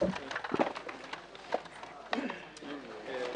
הישיבה ננעלה